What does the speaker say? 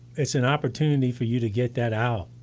it's an opportunity for you to get that out.